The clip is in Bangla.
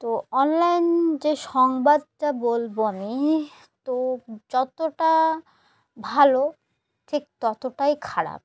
তো অনলাইন যে সংবাদটা বলব আমি তো যতটা ভালো ঠিক ততটাই খারাপ